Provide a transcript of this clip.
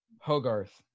Hogarth